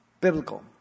biblical